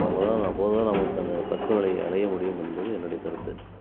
அப்போதான் அப்போதுதான் நமக்கு அந்த பக்குவங்களை அடைய முடியும் என்பது என்னுடைய கருத்து